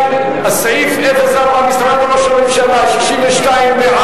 סעיף 04, משרד ראש הממשלה, לשנת הכספים 2012,